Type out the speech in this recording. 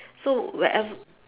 so wherev~